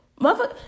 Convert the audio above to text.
mother